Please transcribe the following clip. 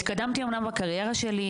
התקדמתי אמנם בקריירה שלי,